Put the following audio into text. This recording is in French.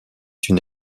une